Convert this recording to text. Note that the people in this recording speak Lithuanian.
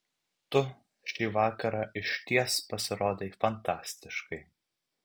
tu šį vakarą išties pasirodei fantastiškai